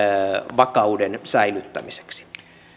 vakauden säilyttämiseksi